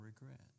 regret